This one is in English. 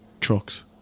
trucks